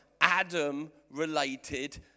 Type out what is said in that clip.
Adam-related